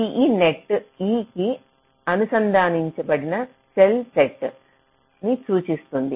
Ve net E కి అనుసంధానించబడిన cells set ని సూచిస్తుంది